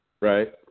Right